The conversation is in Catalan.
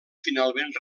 finalment